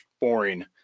boring